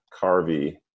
Carvey